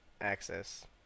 access